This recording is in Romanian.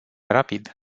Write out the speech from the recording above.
rapid